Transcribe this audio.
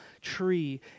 tree